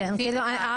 כן,